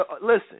Listen